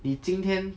你今天